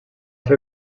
fer